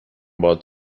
باهات